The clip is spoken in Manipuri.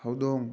ꯍꯧꯗꯣꯡ